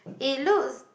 it looks